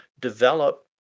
develop